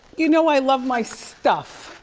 you know i love my stuff.